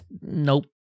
Nope